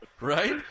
Right